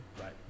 right